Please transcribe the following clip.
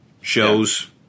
shows